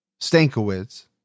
Stankiewicz